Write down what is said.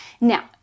Now